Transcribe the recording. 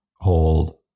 hold